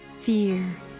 fear